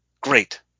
Great